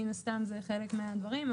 מן הסתם זה חלק מהדברים.